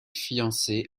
fiancé